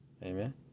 amen